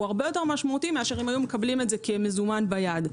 הרבה יותר משמעותי מאשר לו היו מקבלים את זה כמזומן ביד.